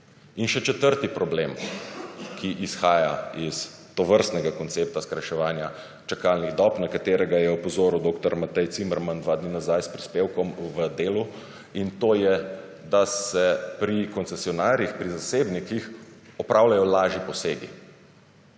In še četrti problem, ki izhaja iz tovrstnega koncepta skrajševanja čakalnih dob, na katerega je opozoril dr. Matej Cimerman dva dni nazaj s prispevkom v Delu, in to je, da se pri koncesionarjih, pri zasebnikih opravljajo lažji posegi.